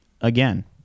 again